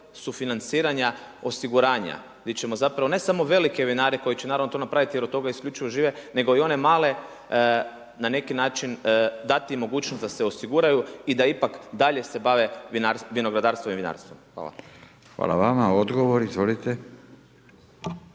sufinanciranja osiguranja, gdje ćemo ne samo velike vinare, koji će naravno to napraviti jer od toga isključivo žive, nego i one male na neki način dati im mogućnost da se osiguraju i da ipak dalje se bave vinogradarstvom i vinarstvom. Hvala. **Radin, Furio